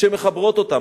שמחברות אותם.